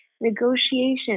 negotiation